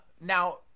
Now